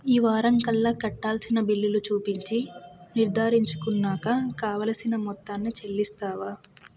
ఈ వారాంకల్లా కట్టాల్సిన బిల్లులు చూపించి నిర్ధారించుకున్నాక కావలసిన మొత్తాన్ని చెల్లిస్తావా